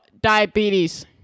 diabetes